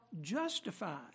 justified